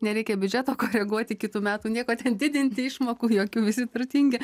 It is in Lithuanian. nereikia biudžeto koreguoti kitų metų nieko ten didinti išmokų jokių visi turtingi